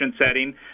setting